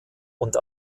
und